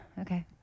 Okay